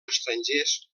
estrangers